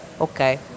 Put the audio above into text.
Okay